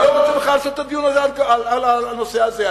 אני בכלל לא רוצה לעשות את הדיון הזה על הנושא הזה.